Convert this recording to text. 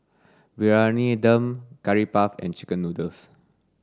briyani dum curry puff and chicken noodles